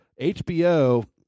HBO